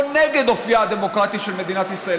נגד אופייה הדמוקרטי של מדינת ישראל?